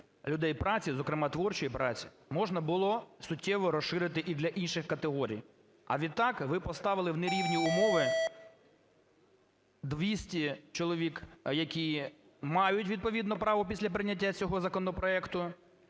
людей праці, зокрема творчої праці, можна було суттєво розширити і для інших категорій? А відтак ви поставили в нерівні умови 200 чоловік, які мають відповідно право після прийняття цього законопроекту